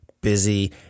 busy